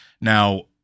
Now